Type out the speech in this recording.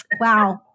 Wow